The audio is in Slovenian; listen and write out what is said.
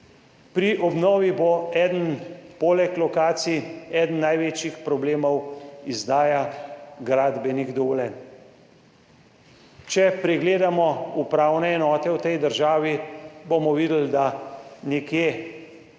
Pri obnovi bo eden poleg lokacij eden največjih problemov izdaja gradbenih dovoljenj. Če pregledamo upravne enote v tej državi bomo videli, da nekje